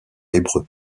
hébreu